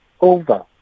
over